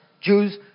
Jews